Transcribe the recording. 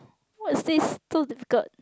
what's this so difficult